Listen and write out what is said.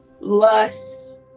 lust